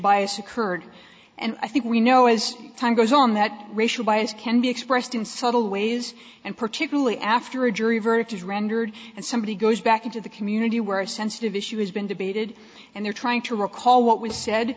bias occurred and i think we know as time goes on that racial bias can be expressed in subtle ways and particularly after a jury verdict is rendered and somebody goes back into the community where a sensitive issue has been debated and they're trying to recall what was said